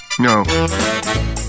no